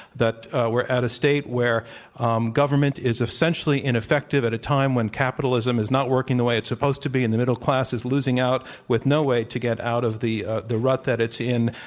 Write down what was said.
that we're at a state where um government is essentially ineffective at a time when capitalism is not working the way it's supposed to be and the middleclass is losing out with no way to get out of the the rut that it's in,